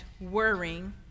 worrying